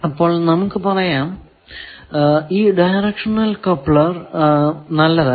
അപ്പോൾ നമുക്ക് പറയാം ഈ ഡയറക്ഷണൽ കപ്ലർ നല്ലതല്ല